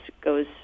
goes